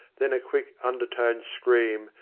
then a quick, undertoned scream,